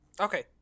Okay